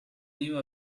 knew